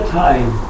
time